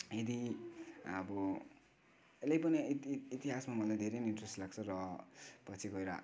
यदि अब अहिले पनि इतिहासमा मलाई धेरै इन्ट्रेस्ट लाग्छ र पछि गएर